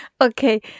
Okay